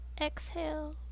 exhale